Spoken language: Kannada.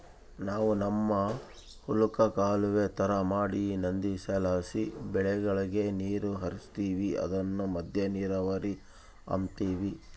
ನಾವು ನಮ್ ಹೊಲುಕ್ಕ ಕಾಲುವೆ ತರ ಮಾಡಿ ನದಿಲಾಸಿ ಬೆಳೆಗುಳಗೆ ನೀರು ಹರಿಸ್ತೀವಿ ಅದುನ್ನ ಮದ್ದ ನೀರಾವರಿ ಅಂಬತೀವಿ